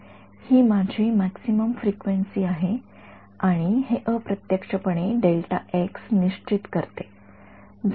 तर ही माझी मॅक्सिमम फ्रिक्वेन्सी आहे आणि हे अप्रत्यक्षपणे निश्चित करते